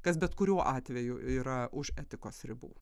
kas bet kuriuo atveju yra už etikos ribų